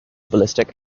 ballistic